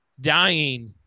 dying